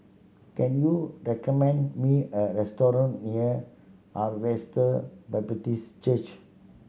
can you recommend me a restaurant near Harvester Baptist Church